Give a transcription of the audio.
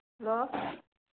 hello